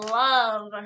love